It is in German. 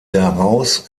daraus